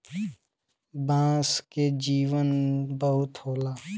बांस के जीवन बहुत होला